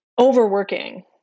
overworking